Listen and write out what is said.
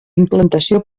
implantació